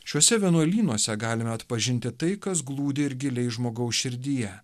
šiuose vienuolynuose galime atpažinti tai kas glūdi ir giliai žmogaus širdyje